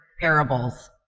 parables